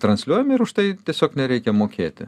transliuojam ir už tai tiesiog nereikia mokėti